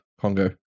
Congo